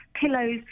pillows